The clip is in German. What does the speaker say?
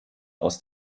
aus